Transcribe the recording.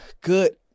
good